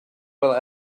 will